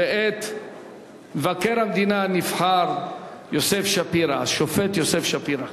ואת מבקר המדינה הנבחר השופט יוסף שפירא.